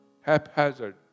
haphazard